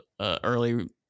early